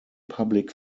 public